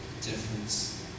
difference